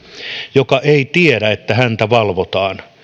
joka ei tiedä että häntä valvotaan